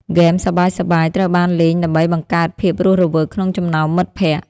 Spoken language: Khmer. ហ្គេមសប្បាយៗត្រូវបានលេងដើម្បីបង្កើតភាពរស់រវើកក្នុងចំណោមមិត្តភក្ដិ។